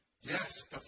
Yes